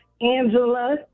Angela